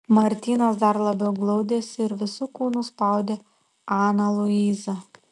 martynas dar labiau glaudėsi ir visu kūnu spaudė aną luizą